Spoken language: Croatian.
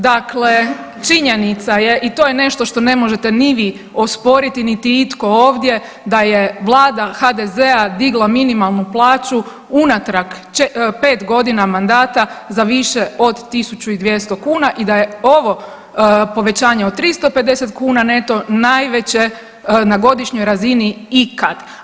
Dakle, činjenica je i to je nešto što ne možete ni vi osporiti, niti itko ovdje da je vlada HDZ-a digla minimalnu plaću unatrag 5.g. mandata za više od 1.200 kuna i da je ovo povećanje od 350 kuna neto najveće na godišnjoj razini ikad.